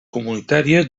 comunitària